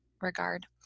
regard